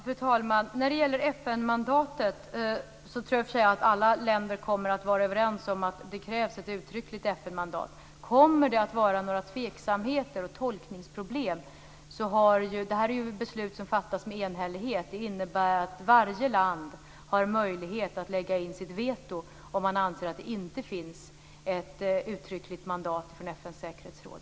Fru talman! När det gäller FN-mandatet tror jag i och för sig att alla länder kommer att vara överens om att det krävs ett uttryckligt FN-mandat. Det här är ju ett beslut som fattas enhälligt. Det innebär att varje land har möjlighet att lägga in sitt veto om man anser att det inte finns ett uttryckligt mandat från FN:s säkerhetsråd.